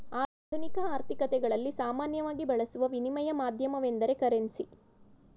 ಆಧುನಿಕ ಆರ್ಥಿಕತೆಗಳಲ್ಲಿ ಸಾಮಾನ್ಯವಾಗಿ ಬಳಸುವ ವಿನಿಮಯ ಮಾಧ್ಯಮವೆಂದ್ರೆ ಕರೆನ್ಸಿ